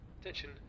Attention